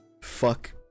fuck